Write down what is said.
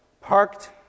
parked